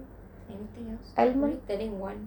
anything else already turning one